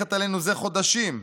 הנערכת עלינו זה חודשים,